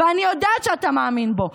ואני יודעת שאתה מאמין בו.